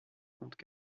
contre